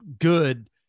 good